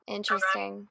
Interesting